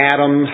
Adam